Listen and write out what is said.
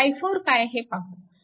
आता i4 काय हे पाहू